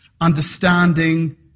understanding